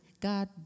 God